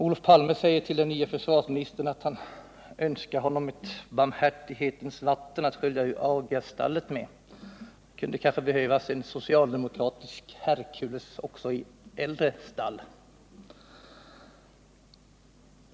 Olof Palme önskar den nye försvarsministern ett barmhärtighetens vatten att skölja ur augiasstallet med. Det kunde kanske behövas en socialdemokratisk Herkules också i äldre stall.